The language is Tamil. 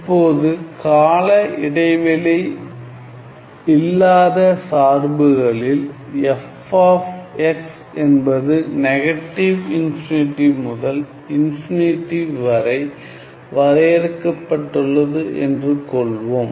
இப்போது கால இடைவெளி இல்லாத சார்புகளில் f ஆப் x என்பது நெகட்டிவ் இன்ஃபினிட்டி முதல் இன்ஃபினிட்டி வரை வரையறுக்கப்பட்டுள்ளது என்று கொள்வோம்